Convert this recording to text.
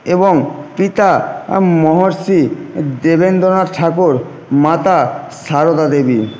এবং পিতা মহর্ষি দেবেন্দ্রনাথ ঠাকুর মাতা সারদা দেবী